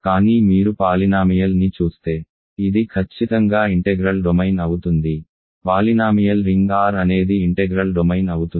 కానీ మీరు పాలినామియల్ ని చూస్తే ఇది ఖచ్చితంగా ఇంటెగ్రల్ డొమైన్ అవుతుంది పాలినామియల్ రింగ్ R అనేది ఇంటెగ్రల్ డొమైన్ అవుతుంది